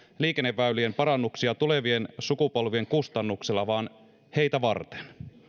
liikenneväylien parannuksia tulevien sukupolvien kustannuksella vaan heitä varten